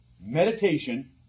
Meditation